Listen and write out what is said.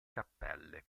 cappelle